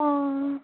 অঁ